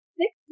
six